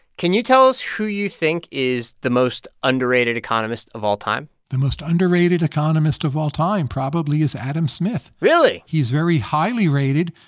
can you tell us who you think is the most underrated economist of all time? the most underrated economist of all time probably is adam smith really? he's very highly rated,